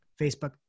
Facebook